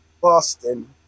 Boston